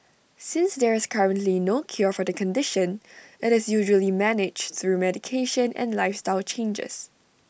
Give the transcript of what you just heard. since there is currently no cure for the condition IT is usually managed through medication and lifestyle changes